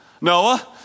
Noah